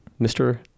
Mr